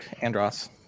Andros